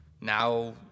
now